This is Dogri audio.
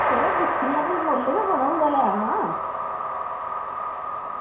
चलो दिक्खने आं फ्ही मुल्ल गै बनग ते लैना